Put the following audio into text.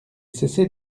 cessé